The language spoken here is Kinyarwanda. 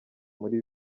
muri